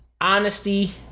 honesty